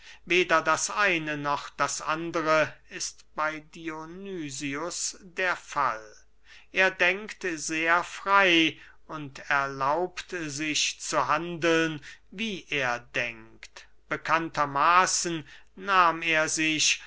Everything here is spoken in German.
weder das eine noch das andere ist bey dionysius der fall er denkt sehr frey und erlaubt sich zu handeln wie er denkt bekanntermaßen nahm er sich